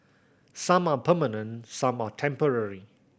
some are permanent some are temporary